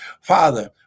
Father